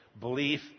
belief